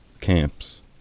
camps